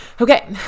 Okay